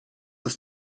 ist